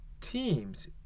teams